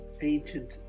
ancient